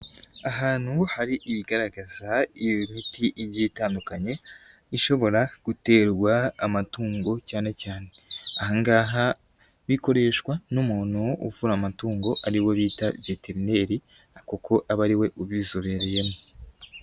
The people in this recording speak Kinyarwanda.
Ahantu hari ibigaragaza imiti igiye itandukanye, ishobora guterwa amatungo cyane cyane ahangaha bikoreshwa n'umuntu uvura amatungo aribo bita geterineri kuko aba ariwe ubizobereyemo.